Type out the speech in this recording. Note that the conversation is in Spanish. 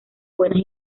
buenas